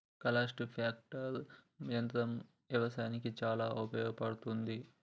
cultipacker యంత్రం వ్యవసాయానికి చాలా ఉపయోగపడ్తది